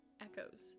echoes